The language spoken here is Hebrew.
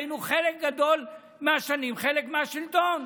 בחלק גדול מהשנים היינו חלק מהשלטון.